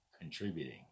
contributing